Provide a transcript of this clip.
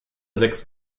sechs